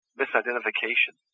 misidentification